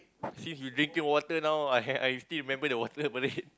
since you drinking water now I had I still remember the water parade